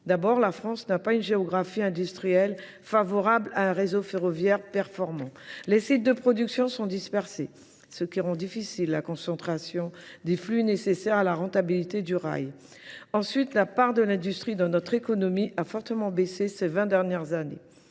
D'abord, la France n'a pas une géographie industrielle favorable à un réseau ferroviaire performant. Les sites de production sont dispersés, ce qui rend difficile la concentration des flux nécessaires à la rentabilité du rail. Ensuite, la part de l'industrie dans notre économie a fortement baissé ces 20 dernières années.